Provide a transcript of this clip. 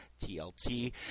TLT